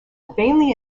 vainly